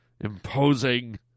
imposing